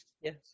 Yes